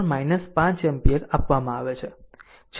અને જવાબ ix 5 ampere આપવામાં આવે છે